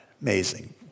amazing